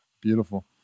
Beautiful